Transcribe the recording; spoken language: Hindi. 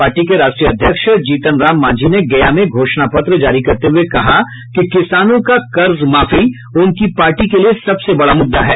पार्टी के राष्ट्रीय अध्यक्ष जीतन राम मांझी ने गया में घोषणा पत्र जारी करते हये कहा कि किसानों का कर्ज माफी उनकी पार्टी के लिये सबसे बड़ा मुद्दा है